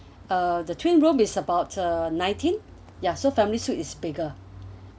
uh the twin room is about a nineteen ya so families suite is bigger